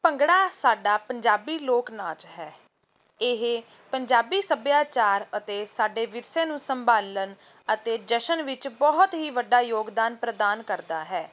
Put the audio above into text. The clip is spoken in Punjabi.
ਭੰਗੜਾ ਸਾਡਾ ਪੰਜਾਬੀ ਲੋਕ ਨਾਚ ਹੈ ਇਹ ਪੰਜਾਬੀ ਸੱਭਿਆਚਾਰ ਅਤੇ ਸਾਡੇ ਵਿਰਸੇ ਨੂੰ ਸੰਭਾਲਣ ਅਤੇ ਜਸ਼ਨ ਵਿੱਚ ਬਹੁਤ ਹੀ ਵੱਡਾ ਯੋਗਦਾਨ ਪ੍ਰਦਾਨ ਕਰਦਾ ਹੈ